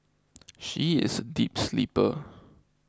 she is a deep sleeper